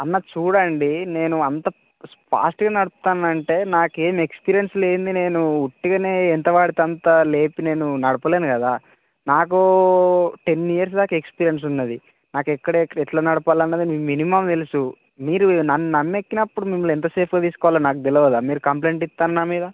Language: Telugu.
అన్న చూడండి నేను అంత ఫాస్ట్గా నడుపుతానంటే నాకేం ఎక్స్పీరియన్స్ లేనిదే నేను ఉట్టిగానే ఎంతపడితే అంత లేపి నేను నడపలేను కదా నాకూ టెన్ ఇయర్స్ దాకా ఎక్స్పీరియన్స్ ఉన్నది నాకు ఎక్కడ ఎట్ల ఎట్ల నడపాలన్నది మినిమమ్ తెలుసు మీరు నన్ను నమ్మి ఎక్కినప్పుడు మిమ్మల్ని ఎంత సేఫ్గా తీసుకపోవాలో నాకు తెలియదా మీరు కంప్లైంట్ ఇస్తారు నా మీద